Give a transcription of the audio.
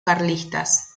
carlistas